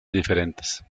diferentes